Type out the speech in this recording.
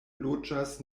loĝas